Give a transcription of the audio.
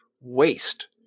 Waste